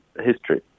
history